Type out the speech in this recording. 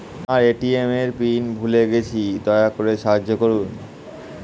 আমার এ.টি.এম এর পিন ভুলে গেছি, দয়া করে সাহায্য করুন